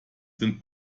sind